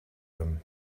them